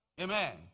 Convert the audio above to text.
Amen